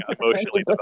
emotionally